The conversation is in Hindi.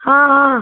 हाँ हाँ